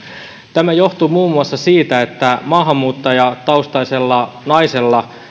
tämä johtuu muun muassa siitä että maahanmuuttajataustaisella naisella